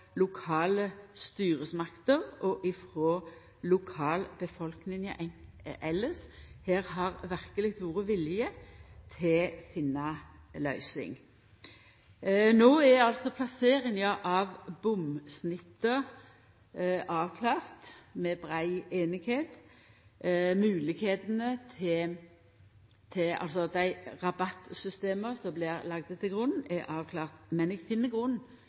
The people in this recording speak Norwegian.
lokale styresmakter og frå lokalbefolkninga elles. Det har verkeleg vore vilje til å finna løysing. No er plasseringa av bomsnitta avklart, med brei einigheit. Moglegheitene for rabattsystema som er lagde til grunn, er avklart. Men eg finn grunn